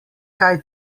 kaj